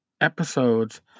episodes